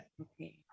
Okay